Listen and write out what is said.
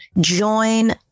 join